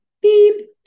beep